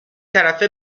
طرفه